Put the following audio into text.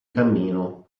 cammino